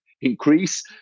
increase